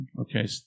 Okay